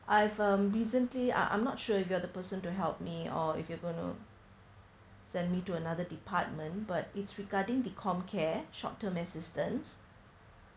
I've um recently uh I'm not sure if you're the person to help me or if you're going to send me to another department but it's regarding the comcare short term assistance